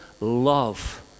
love